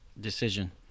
decision